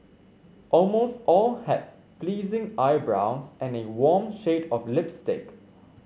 almost all had pleasing eyebrows and a warm shade of lipstick